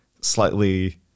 slightly